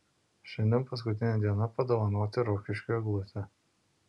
šiandien paskutinė diena padovanoti rokiškiui eglutę